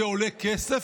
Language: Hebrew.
זה עולה כסף.